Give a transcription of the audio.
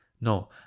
No